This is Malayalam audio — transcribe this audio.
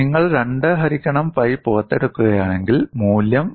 നിങ്ങൾ 2 ഹരിക്കണം പൈ പുറത്തെടുക്കുകയാണെങ്കിൽ മൂല്യം 0